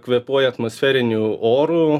kvėpuoja atmosferiniu oru